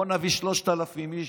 בואו נביא 3,000 איש,